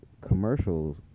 commercials